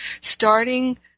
starting –